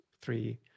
three